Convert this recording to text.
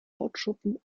hautschuppen